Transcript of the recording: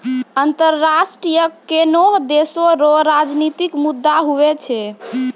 अंतर्राष्ट्रीय कर कोनोह देसो रो राजनितिक मुद्दा हुवै छै